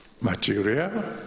material